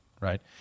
right